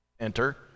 enter